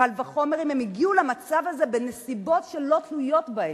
קל וחומר אם הם הגיעו למצב הזה בנסיבות שלא תלויות בהם.